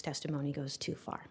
testimony goes too far